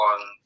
on